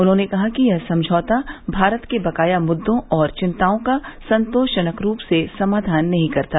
उन्होंने कहा कि यह समझौता भारत के बकाया मुद्दों और चिंताओं का संतोषजनक रूप से समाधान नहीं करता